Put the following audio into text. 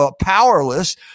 powerless